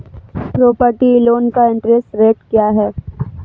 Property loan का interest rate क्या है?